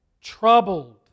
troubled